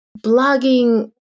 blogging